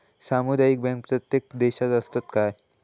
सामुदायिक बँक प्रत्येक देशात असतत काय?